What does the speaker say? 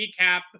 recap